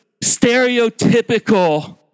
stereotypical